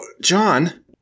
John